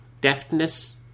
deftness